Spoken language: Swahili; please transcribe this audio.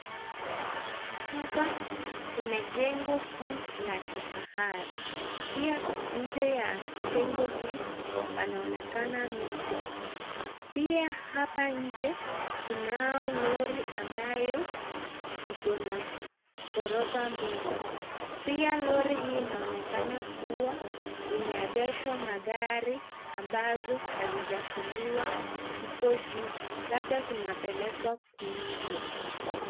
Hapa kuna jengo kuu la kifahari. Nje ya jengo hii panaonekana miti. Pia hapa nje kunao lori ambayo ikona ghorofa mbili. Pia lori hii inaonekana kuwa imeegeshwa magari ambazo hazijatumiwa huko juu. Labda zinapelekwa kuuzwa.